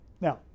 Now